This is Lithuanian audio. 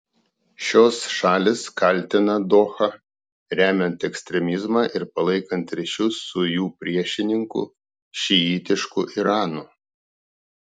šios šalys kaltina dohą remiant ekstremizmą ir palaikant ryšius su jų priešininku šiitišku iranu